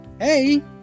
Hey